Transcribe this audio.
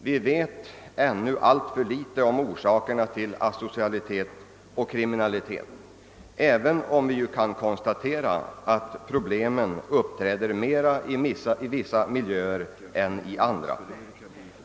Vi vet ännu alltför litet om orsakerna till asocialitet och kriminalitet, även om vi kan konstatera att problemen uppträder mer i vissa miljöer än i andra.